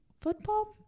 football